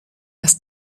das